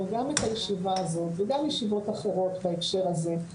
גם את הישיבה הזאת וגם ישיבות אחרות בהקשר הזה,